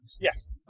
Yes